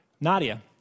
Nadia